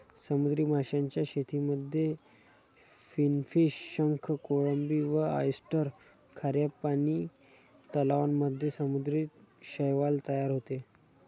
समुद्री माशांच्या शेतीमध्ये फिनफिश, शंख, कोळंबी व ऑयस्टर, खाऱ्या पानी तलावांमध्ये समुद्री शैवाल तयार होते